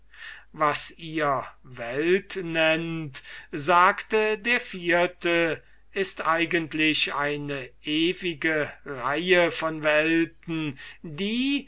was ihr welt nennt sagte der vierte ist eigentlich eine ewige reihe von welten die